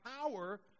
power